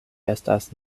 estas